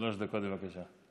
שלוש דקות, בבקשה.